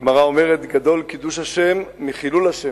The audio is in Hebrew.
הגמרא אומרת: גדול קידוש השם מחילול השם.